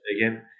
again